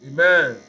Amen